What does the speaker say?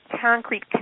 concrete